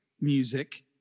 music